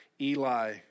Eli